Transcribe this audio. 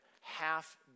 half